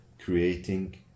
creating